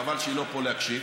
חבל שהיא לא פה להקשיב.